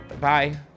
Bye